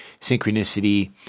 Synchronicity